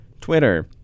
Twitter